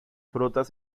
frutas